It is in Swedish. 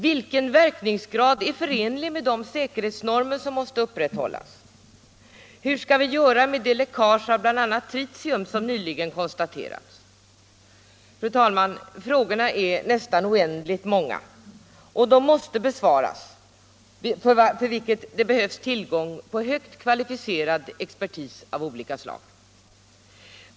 Vilken verkningsgrad är förenlig med de säkerhetsnormer som måste upprätthållas? Hur skall vi göra med det läckage av bl.a. tritium som nyligen konstaterats? Fru talman! Frågorna är nästan oändligt många, och de måste besvaras, för vilket det behövs tillgång på högt kvalificerad expertis av olika slag.